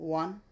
one